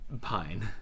Pine